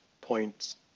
points